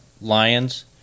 lions